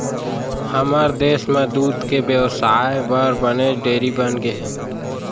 हमर देस म दूद के बेवसाय बर बनेच डेयरी बनगे हे